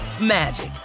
magic